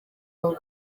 aho